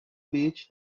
beach